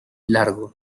largo